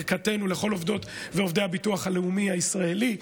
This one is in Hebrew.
ברכתנו לכל עובדות ועובדי הביטוח הלאומי הישראלי,